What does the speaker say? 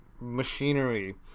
machinery